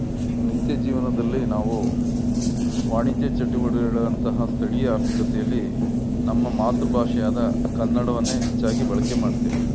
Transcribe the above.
ನಿತ್ಯ ಜೀವನದಲ್ಲಿ ನಾವು ವಾಣಿಜ್ಯ ಚಟುವಟಿಕೆಗಳಂತಹ ಸ್ಥಳೀಯ ಆರ್ಥಿಕತೆಯಲ್ಲಿ ನಮ್ಮ ಮಾತೃ ಭಾಷೆಯಾದ ಕನ್ನಡವನ್ನೇ ಹೆಚ್ಚಾಗಿ ಬಳಕೆ ಮಾಡ್ತೇವೆ